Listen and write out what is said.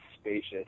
spacious